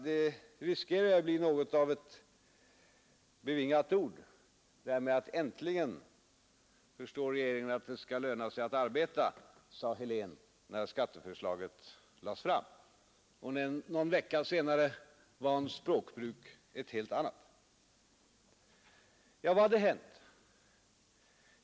Det finns risk att det blir något av ett bevingat ord: ”Äntligen förstår regeringen att det skall löna sig att arbeta”, sade herr Helén, när skatteförslaget lades fram. Någon vecka senare var hans språkbruk ett helt annat. Vad hade hänt?